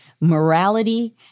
morality